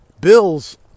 bills